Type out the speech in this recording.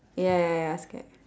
ya ya ya scared